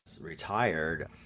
retired